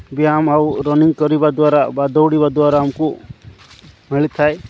ବ୍ୟାୟାମ ଆଉ ରନିଂ କରିବା ଦ୍ୱାରା ବା ଦୌଡ଼ିବା ଦ୍ୱାରା ଆମକୁ ମିଳିଥାଏ